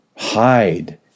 Hide